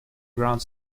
ground